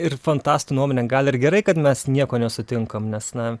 ir fantastų nuomone gal ir gerai kad mes nieko nesutinkam nes na